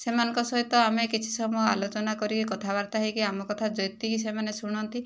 ସେମାନଙ୍କ ସହିତ ଆମେ କିଛି ସମୟ ଆଲୋଚନା କରି କଥାବାର୍ତ୍ତା ହୋଇକି ଆମ କଥା ଯେତିକି ସେମାନେ ଶୁଣନ୍ତି